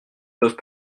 peuvent